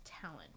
talent